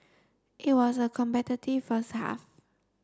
it was a competitive first half